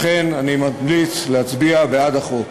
לכן, אני ממליץ להצביע בעד החוק.